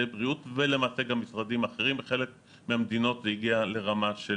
בריאות ולמעשה גם משרדים אחרים ובחלק מהמדינות זה הגיע לרמה של